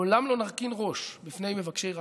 לעולם לא נרכין ראש בפני מבקשי רעתנו.